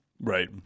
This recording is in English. Right